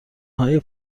های